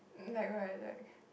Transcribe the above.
like what like